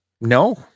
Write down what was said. No